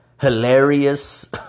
hilarious